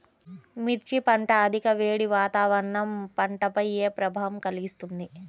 మిర్చి పంట అధిక వేడి వాతావరణం పంటపై ఏ ప్రభావం కలిగిస్తుంది?